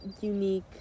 unique